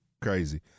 crazy